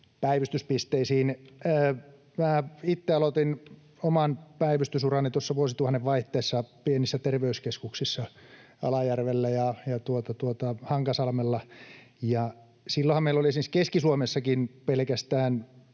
päivystyspisteisiin. Minä itse aloitin oman päivystysurani tuossa vuosituhannen vaihteessa pienissä terveyskeskuksissa Alajärvellä ja Hankasalmella. Silloinhan meillä oli siis Keski-Suomessakin pelkästään